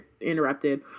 interrupted